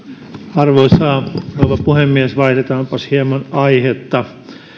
arvoisa rouva puhemies vaihdetaanpas hieman aihetta